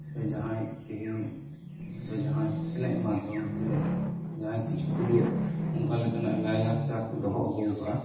ᱥᱮ ᱡᱟᱦᱟᱸᱭ ᱛᱮᱹᱦᱮᱹᱧ ᱫᱚ ᱡᱟᱦᱟᱸᱭ ᱮᱱᱮᱡ ᱢᱟᱫᱽᱫᱷᱚᱢ ᱛᱮ ᱡᱟᱦᱟᱸᱭ ᱠᱤᱪᱷᱩᱜᱩᱞᱳ ᱚᱱᱠᱟᱞᱮᱠᱟᱱᱟᱜ ᱞᱟᱭ ᱞᱟᱠᱪᱟᱨ ᱠᱚ ᱫᱚᱦᱚ ᱟᱹᱜᱩ ᱟᱠᱟᱫᱟ